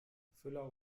füller